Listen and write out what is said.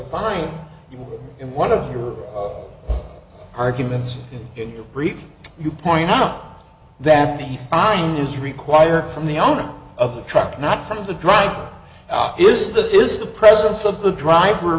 fine in one of your arguments in your brief you point out that the fine is required from the owner of the truck not from the driver is the is the presence of the driver